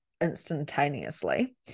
instantaneously